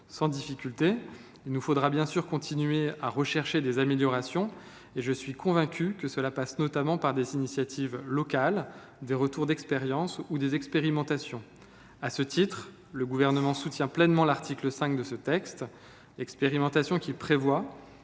les soutenir. Il nous faudra, bien sûr, continuer à rechercher des améliorations. Je suis convaincu que ce travail passe notamment par des initiatives locales, des retours d’expérience et des expérimentations. À ce titre, le Gouvernement soutient pleinement l’article 5 de la proposition de loi : l’expérimentation qu’il prévoit